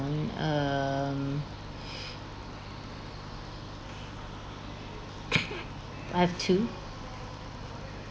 um I have two